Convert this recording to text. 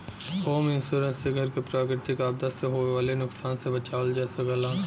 home insurance से घर क प्राकृतिक आपदा से होये वाले नुकसान से बचावल जा सकला